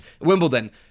Wimbledon